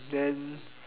then